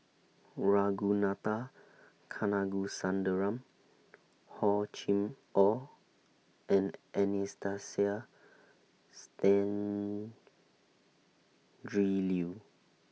Ragunathar Kanagasuntheram Hor Chim Or and Anastasia Tjendri Liew